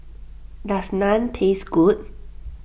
does Naan taste good